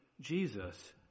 Jesus